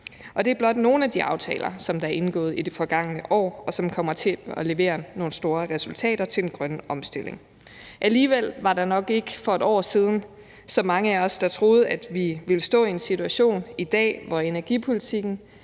det er blot nogle af de aftaler, som der er indgået i det forgangne år, og som kommer til at levere nogle store resultater til den grønne omstilling. Alligevel var der nok ikke for et år siden så mange af os, der troede, at vi ville stå i en situation i dag, hvor energipolitikken